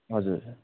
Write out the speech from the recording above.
हजुर